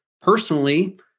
Personally